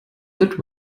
that